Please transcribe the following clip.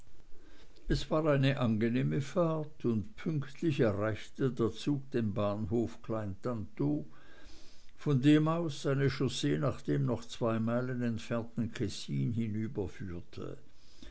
es war eine angenehme fahrt und pünktlich erreichte der zug den bahnhof klein tantow von dem aus eine chaussee nach dem noch zwei meilen entfernten kessin